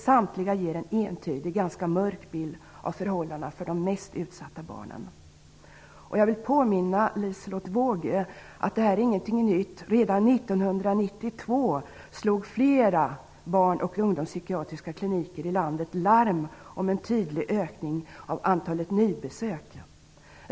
Samtliga ger en ganska mörk bild av förhållandena för de mest utsatta barnen. Jag vill påminna Liselotte Wågö om att det här inte är något nytt. Redan 1992 slog flera barn och ungdomspsykiatriska kliniker i landet larm om en tydlig ökning av antalet nybesök.